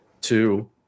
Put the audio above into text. Two